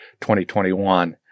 2021